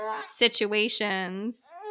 situations